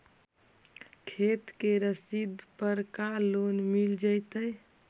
खेत के रसिद पर का लोन मिल जइतै?